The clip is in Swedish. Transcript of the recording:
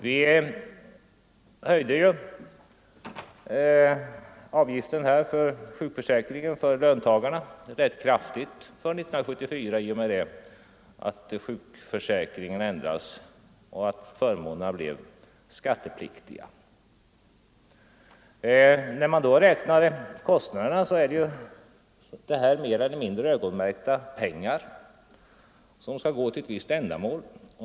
Vi höjde löntagarnas avgift för sjukförsäkringen rätt kraftigt för år 1974 i och med att sjukförsäkringen ändrades och inkomsterna därifrån blev skattepliktiga. När man beräknar kostnaderna skall man betänka att det är fråga om mer eller mindre öronmärkta pengar, som skall gå till ett visst ändamål.